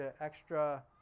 extra